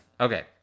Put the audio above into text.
okay